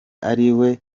ariwe